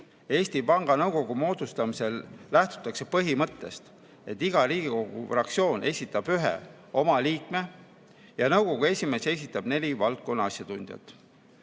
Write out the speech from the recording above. Eesti Panga Nõukogu moodustamisel lähtutakse põhimõttest, et iga Riigikogu fraktsioon esitab ühe oma liikme ja nõukogu esimees esitab neli valdkonna asjatundjat.